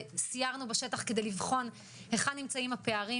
וסיירנו בשטח כדי לבחון היכן נמצאים הפערים,